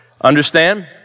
Understand